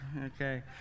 Okay